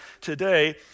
today